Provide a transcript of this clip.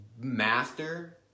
master